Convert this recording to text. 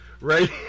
right